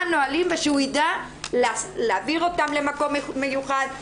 מה הנהלים ושהוא ידע להעביר אותם למקום מיוחד,